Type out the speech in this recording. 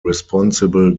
responsible